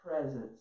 presence